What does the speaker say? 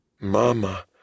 Mama